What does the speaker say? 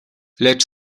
lecz